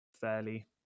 fairly